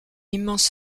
immense